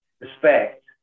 respect